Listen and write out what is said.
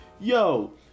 Yo